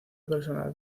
esposa